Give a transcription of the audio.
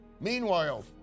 Meanwhile